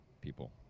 people